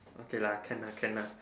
okay lah can lah can lah